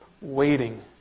waiting